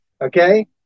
Okay